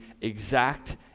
exact